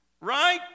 right